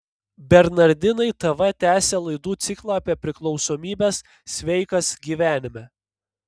bernardinai tv tęsia laidų ciklą apie priklausomybes sveikas gyvenime